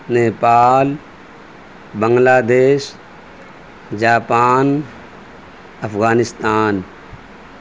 Nepal Bangladesh Japan Afghanistan